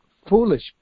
Foolish